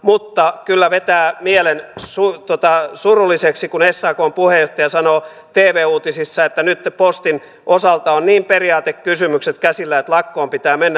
mutta kyllä vetää mielen surulliseksi kun sakn puheenjohtaja sanoo tv uutisissa että nytten postin osalta on niin periaatekysymykset käsillä että lakkoon pitää mennä